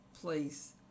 place